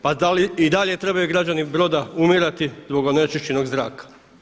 Pa da li i dalje trebaju građani Broda umirati zbog onečišćenog zraka?